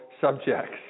subjects